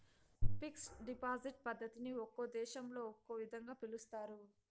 fixed deposit పద్ధతిని ఒక్కో దేశంలో ఒక్కో విధంగా పిలుస్తారు